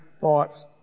thoughts